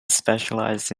specialise